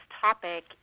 topic